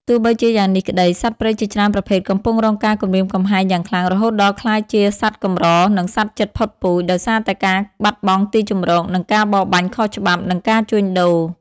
ទោះបីជាយ៉ាងនេះក្តី សត្វព្រៃជាច្រើនប្រភេទកំពុងរងការគំរាមកំហែងយ៉ាងខ្លាំង រហូតដល់ក្លាយជា សត្វកម្រ ឬ សត្វជិតផុតពូជ ដោយសារតែការបាត់បង់ទីជម្រក ការបរបាញ់ខុសច្បាប់ និងការជួញដូរ។